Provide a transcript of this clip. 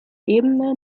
ebene